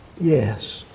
Yes